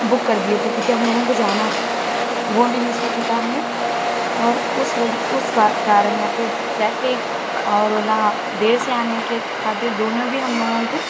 بک کر دیے تھی کیونکہ ہم لوگوں کو جانا تھا وہ بھی مس ہو چکا ہے اور اس وجہ اس کارن یا پھر ٹریفک اور اولا دیر سے آنے کے خاطر دونوں بھی ہم لوگوں کو